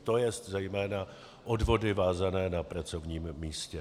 To jest zejména odvody vázané na pracovním místě.